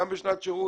גם בשנת שירות,